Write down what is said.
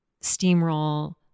steamroll